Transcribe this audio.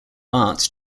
arts